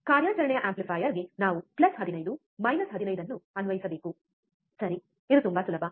ಕಾರ್ಯಾಚರಣೆಯ ಆಂಪ್ಲಿಫೈಯರ್ಗೆ ನಾವು 15 15 ಅನ್ನು ಅನ್ವಯಿಸಬೇಕು ಸರಿ ಇದು ತುಂಬಾ ಸುಲಭ